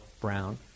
brown